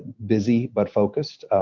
busy but focused.